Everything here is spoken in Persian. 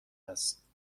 است